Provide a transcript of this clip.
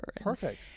Perfect